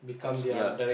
yeah